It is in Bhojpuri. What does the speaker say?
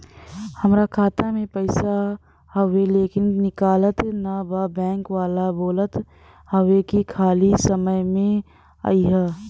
हमार खाता में पैसा हवुवे लेकिन निकलत ना बा बैंक वाला बोलत हऊवे की खाली समय में अईहा